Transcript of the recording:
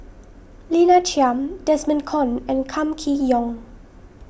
Lina Chiam Desmond Kon and Kam Kee Yong